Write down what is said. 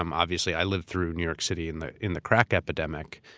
um obviously, i lived through new york city in the in the crack epidemic,